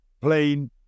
plain